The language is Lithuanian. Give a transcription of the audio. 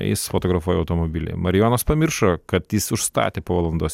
jis fotografuoja automobilį marijonas pamiršo kad jis užstatė po valandos